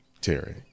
Terry